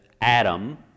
Adam